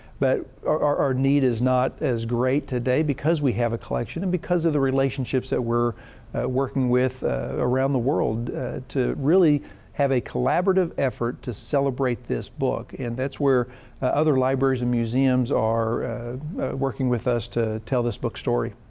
but our, our our need is not as great today because we have a collection and because of the relationships that we're working with around the world to really have a collaborative effort to celebrate this book. and that's where other libraries and museums are working with us to tell this book's story.